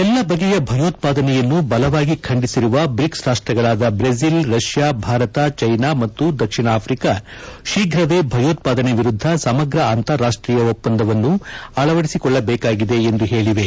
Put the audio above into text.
ಎಲ್ಲ ಬಗೆಯ ಭೆಯೋತ್ವಾದನೆಯನ್ನು ಬಲವಾಗಿ ಖಂಡಿಸಿರುವ ಬ್ರಿಕ್ಸ್ ರಾಷ್ಟ್ರಗಳಾದ ಬ್ರೆಜಿಲ್ ರಷ್ಯಾ ಭಾರತ ಚೀನಾ ಮತ್ತು ದಕ್ಷಿಣ ಆಫ್ರಿಕಾ ಶೀಫ್ರವೇ ಭಯೋತ್ವಾದನೆ ವಿರುದ್ದ ಸಮಗ್ರ ಅಂತಾರಾಷ್ಟೀಯ ಒಪ್ಪಂದವನ್ನು ಅಳವದಿಸಿಕೊಳ್ಳಬೇಕಾಗಿದೆ ಎಂದು ಹೇಳಿವೆ